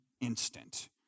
instant